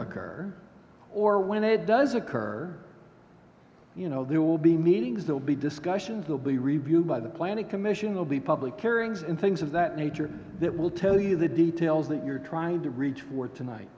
occur or when it does occur you know there will be meetings there will be discussions will be reviewed by the planning commission of the public hearings and things of that nature that will tell you the details that you're trying to reach for tonight